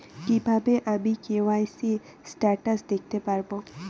কিভাবে আমি KYC status দেখতে পারবো?